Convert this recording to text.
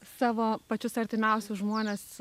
savo pačius artimiausius žmones